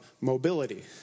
mobility